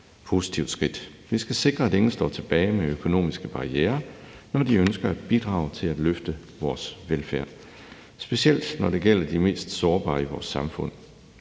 positivt skridt. Det skal sikre, at ingen står tilbage med økonomiske barrierer, når de ønsker at bidrage til at løfte vores velfærd, specielt når det gælder de mest sårbare i vores samfund,